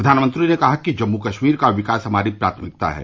प्रधानमंत्री ने कहा कि जम्मू कश्मीर का विकास हमारी प्राथमिकता है